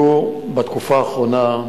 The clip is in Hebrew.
בתקופה האחרונה,